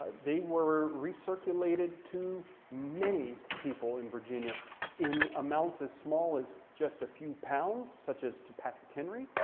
they were recirculated to many people in virginia in amounts as small as just a few pounds such as to patrick henry,